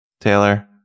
Taylor